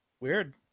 Weird